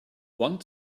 want